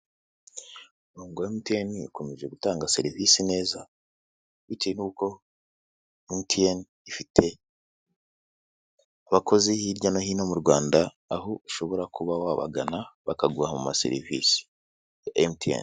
Umurongo wa emutiyeni ukomeje gutanga serivisi neza bitewe n'uko emutiyene ifite abakozi hirya no hino mu rwanda aho ushobora kuba wabagana bakaguha mu ma serivisi ya emutiyeni.